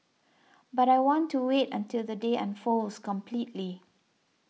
but I want to wait until the day unfolds completely